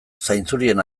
zainzurien